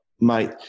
Mate